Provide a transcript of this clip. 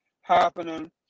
happening